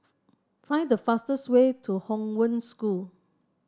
find the fastest way to Hong Wen School